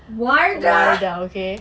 wardah